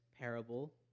parable